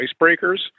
icebreakers